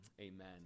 Amen